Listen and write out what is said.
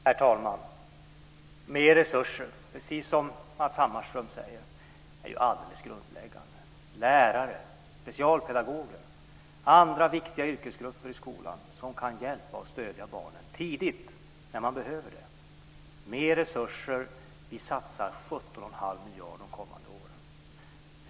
Herr talman! Mer resurser, precis om Matz Hammarström säger, är alldeles grundläggande. Det gäller lärare, specialpedagoger och andra viktiga yrkesgrupper i skolan som kan hjälpa och stödja barnen tidigt, när de behöver det. Det kommer mer resurser. Vi satsar 17 1⁄2 miljard de kommande åren.